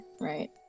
right